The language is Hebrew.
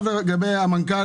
לגבי המנכ"ל,